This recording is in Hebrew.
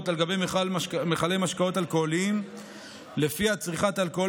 על גבי מכלי משקאות אלכוהוליים שלפיה צריכת אלכוהול